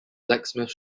blacksmith